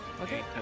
Okay